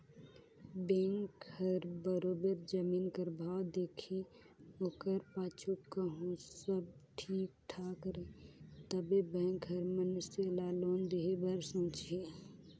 bank हर बरोबेर जमीन कर भाव देखही ओकर पाछू कहों सब ठीक ठाक रही तबे बेंक हर मइनसे ल लोन देहे बर सोंचही